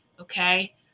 Okay